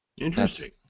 Interesting